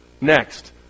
Next